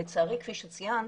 לצערי, כפי שציינת,